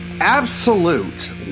absolute